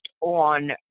on